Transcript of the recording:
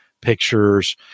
pictures